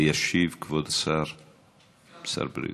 וישיב כבוד סגן שר הבריאות.